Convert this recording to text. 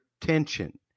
tension